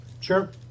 sure